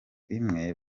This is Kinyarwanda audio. imwe